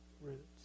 roots